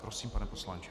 Prosím, pane poslanče.